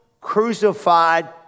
crucified